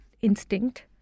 instinct